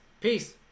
Peace